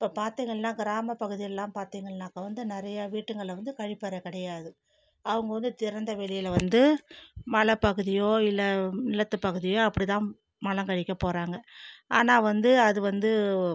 இப்போ பார்த்திங்கள்னா கிராம பகுதிகள்லாம் பார்த்திங்கள்னாக்க வந்து நிறைய வீட்டுங்களில் வந்து கழிப்பறை கிடையாது அவங்க வந்து திறந்த வெளியில் வந்து மலைப்பகுதியோ இல்லை நிலத்து பகுதியோ அப்படிதான் மலம் கழிக்க போகிறாங்க ஆனால் வந்து அது வந்து